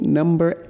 number